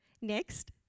next